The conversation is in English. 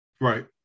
Right